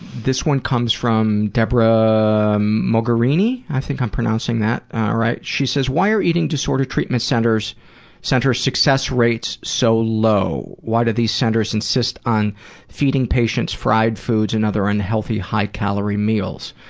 this one comes from debra um mogarini i think i'm pronouncing that right. she says, why are eating disorders treatment centers centers success rates so low? why do these centers insist on feeding patients fried foods and other unhealthy high calorie meals?